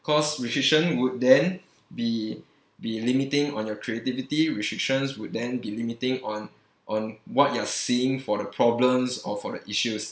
because restriction would then be be limiting on your creativity restrictions would then be limiting on on what you're seeing for the problems or for the issues